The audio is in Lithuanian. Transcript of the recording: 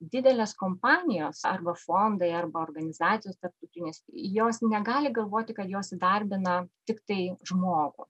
didelės kompanijos arba fondai arba organizacijos tarptautinės jos negali galvoti kad jos įdarbina tiktai žmogų